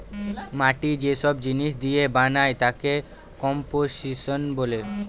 মাটি যে সব জিনিস দিয়ে বানায় তাকে কম্পোসিশন বলে